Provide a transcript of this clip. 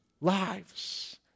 lives